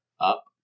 up